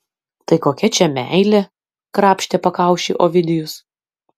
tai kokia čia meilė krapštė pakaušį ovidijus